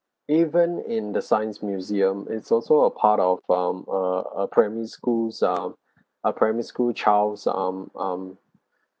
even in the science museum is also a part of um uh a primary school's um a primary school child's um um